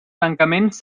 tancaments